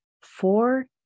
Four